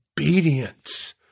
Obedience